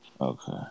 Okay